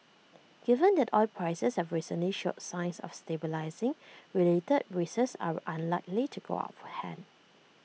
given that oil prices have recently showed signs of stabilising related risks are unlikely to go out of hand